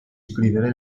scrivere